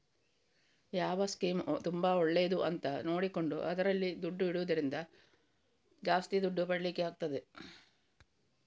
ಯಾವ ಸ್ಕೀಮ್ ತುಂಬಾ ಒಳ್ಳೇದು ಅಂತ ನೋಡಿಕೊಂಡು ಅದ್ರಲ್ಲಿ ದುಡ್ಡು ಇಡುದ್ರಿಂದ ಜಾಸ್ತಿ ದುಡ್ಡು ಪಡೀಲಿಕ್ಕೆ ಆಗ್ತದೆ